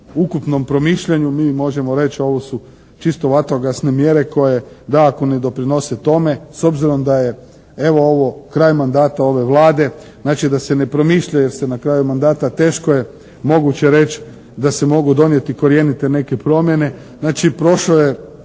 ukupnom promišljanju mi možemo reći ovo su čisto vatrogasne mjere koje dakako ne doprinose tome s obzirom da je evo ovo kraj mandata ove Vlade. Znači, da se ne promišlja jer se na kraju mandata teško je moguće reći da se mogu donijeti korijenite neke promjene. Znači, prošao je